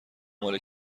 مال